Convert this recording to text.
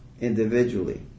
individually